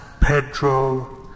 Pedro